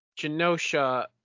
Genosha